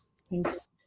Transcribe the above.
thanks